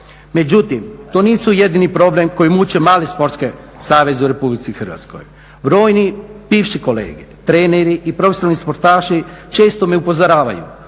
Međutim, to nisu jedini problem koji muči male sportske saveze u Republici Hrvatskoj. Brojni bivši kolege, treneri i profesionalni sportaši često me upozoravaju